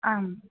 आम्